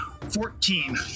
Fourteen